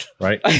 right